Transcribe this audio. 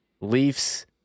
Leafs